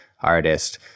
artist